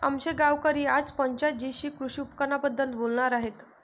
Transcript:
आमचे गावकरी आज पंचायत जीशी कृषी उपकरणांबद्दल बोलणार आहेत